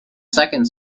second